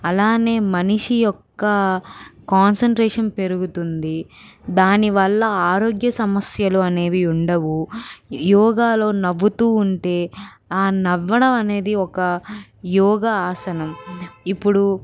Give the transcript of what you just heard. అలానే మనిషి యొక్క కాన్సన్ట్రేషన్ పెరుగుతుంది దానివల్ల ఆరోగ్య సమస్యలు అనేవి ఉండవు యోగాలో నవ్వుతూ ఉంటే ఆ నవ్వడం అనేది ఒక యోగ ఆసనం ఇప్పుడు